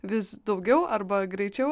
vis daugiau arba greičiau